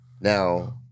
Now